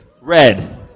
Red